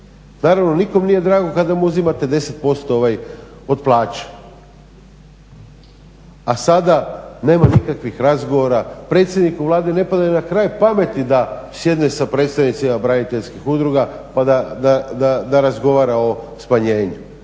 naravno nikome nije drago kada mu uzimate 10% od plaće. A sada nema nikakvih razgovora, predsjedniku Vlade ne pada ni na kraj pameti da sjedne s predstavnicima braniteljskih udruga pa da razgovara o smanjenju.